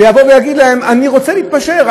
ויגיד להם: אני רוצה להתפשר,